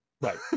right